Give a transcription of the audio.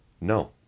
No